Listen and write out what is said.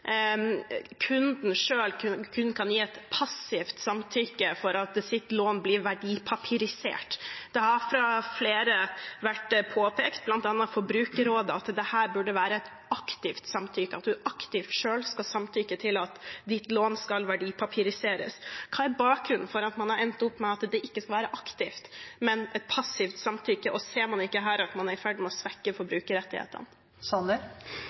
kunden selv kun kan gi et passivt samtykke til at hans eller hennes lån blir verdipapirisert. Det har fra flere vært påpekt, bl.a. fra Forbrukerrådet, at dette burde være et aktivt samtykke, at du aktivt selv skal samtykke til at lånet ditt skal verdipapiriseres. Hva er bakgrunnen for at man har endt med at det ikke skal være aktivt, men passivt, samtykke? Ser man ikke her at man er i ferd med å svekke